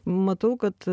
matau kad